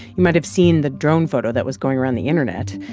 you might have seen the drone photo that was going around the internet.